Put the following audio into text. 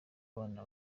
abana